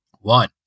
One